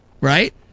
Right